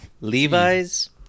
Levi's